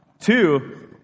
Two